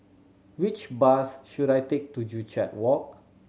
which bus should I take to Joo Chiat Walk